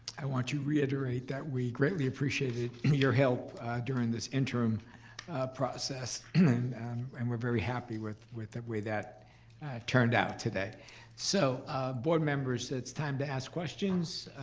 i want to reiterate that we greatly appreciated your help during this interim process and we're very happy with with the way that turned out today. so board members it's time to ask questions?